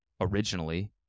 originally